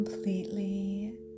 Completely